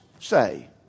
say